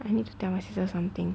I need to tell my sister something